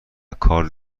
کارد